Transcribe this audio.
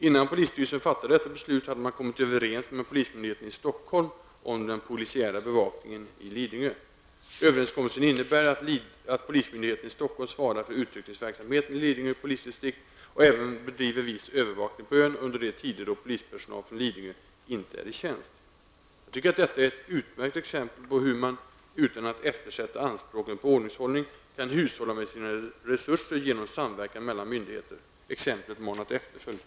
Innan polisstyrelsen fattade beslut, hade man kommit överens med polismyndigheten i Lidingö. Överenskommelsen innebär att polismyndigheten i Stockholm svarar för utryckningsverksamheten i Lidingö polisdistrikt och även bedriver viss övervakning på ön under de tider då polispersonal från Lidingö inte är i tjänst. Jag tycker att detta är ett utmärkt exempel på hur man, utan att eftersätta anspråken på ordningshållning, kan hushålla med sina resurser genom samverkan mellan myndigheter. Exemplet manar till efterföljd.